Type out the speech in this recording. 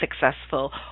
successful